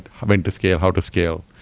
having to scale, how to scale,